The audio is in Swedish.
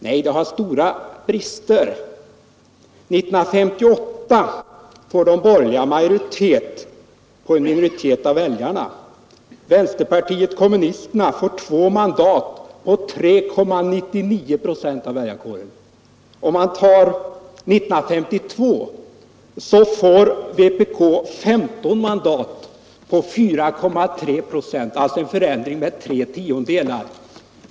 Nej, det har stora brister. 1958 skulle de borgerliga ha fått majoritet på en minoritet av väljarna och vänsterpartiet kommunisterna skulle ha fått två mandat på 3,99 procent av väljarkåren. 1952 skulle vpk ha fått 15 mandat på 4,3 procent, alltså genom en förändring med tre tiondelar.